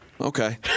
Okay